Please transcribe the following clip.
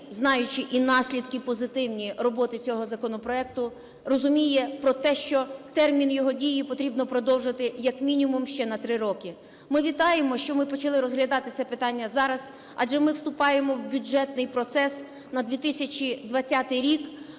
знаючи і наслідки позитивні роботи цього законопроекту, розуміє про те, що термін його дії потрібно продовжити як мінімум ще на 3 роки. Ми вітаємо, що ми почали розглядати це питання зараз, адже ми вступаємо в бюджетний процес на 2020 рік.